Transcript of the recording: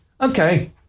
okay